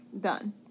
done